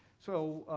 so,